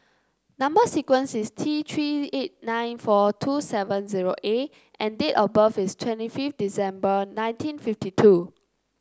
number sequence is T Three eight nine four two seven zero A and date of birth is twenty fifth December nineteen fifty two